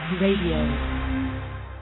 radio